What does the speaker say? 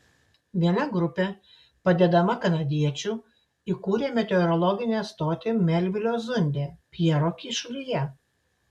viena grupė padedama kanadiečių įkūrė meteorologinę stotį melvilio zunde pjero kyšulyje